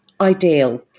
ideal